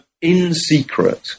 in-secret